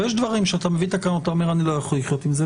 ויש דברים שאתה מביא תקנות ואתה אומר: אני לא יכול לחיות עם זה.